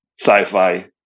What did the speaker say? sci-fi